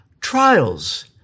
trials